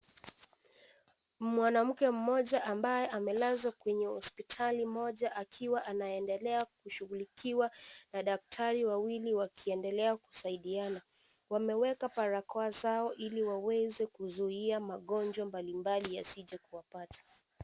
Mwanamke mmoja, ambaye amelazwa kwenye hospitali moja, akiwa anaendelea kushughulikiwa na daktari wawili, wakiendelea kusaidiana. Wameweka barakoa zao, ili waweze kuzuia magonjwa mbalimbali yasije kuwapatia.